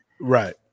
Right